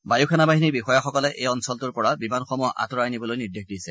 বায়ুসেনা বাহিনীৰ বিষয়াসকলে এই অঞ্চলটোৰ পৰা বিমানসমূহ আঁতৰাই নিবলৈ নিৰ্দেশ দিছে